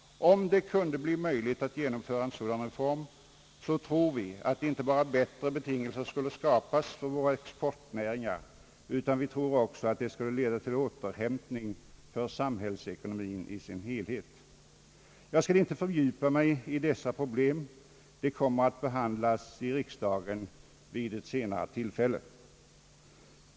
Om det kunde bli möjligt att genomföra en så dan reform tror vi att inte bara bättre betingelser skulle skapas för våra exportnäringar, utan också att det skulle leda till en återhämtning för samhällsekonomien i sin helhet. Jag skall inte fördjupa mig i detta problem, som kommer att behandlas i riksdagen vid ett senare tillfälle.